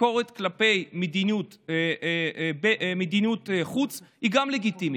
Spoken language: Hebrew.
ביקורת כלפי מדיניות חוץ היא לגיטימית.